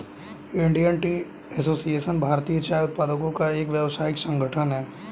Indian Tea Association भारतीय चाय उत्पादकों का एक व्यावसायिक संगठन है